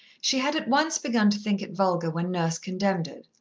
she had at once begun to think it vulgar when nurse condemned it.